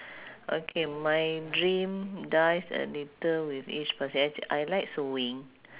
okay my dream dies a little with each pass~ actua~ I like sewing